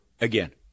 again